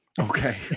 Okay